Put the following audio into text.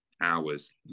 hours